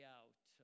out